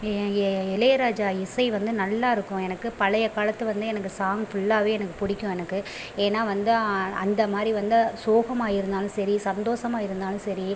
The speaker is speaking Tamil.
ஏ இளையராஜா இசை வந்து நல்லாயிருக்கும் எனக்கு பழைய காலத்து வந்து எனக்கு சாங் ஃபுல்லாவே எனக்கு பிடிக்கும் எனக்கு ஏன்னால் வந்து அந்த மாதிரி வந்து சோகமாக இருந்தாலும் சரி சந்தோசமாக இருந்தாலும் சரி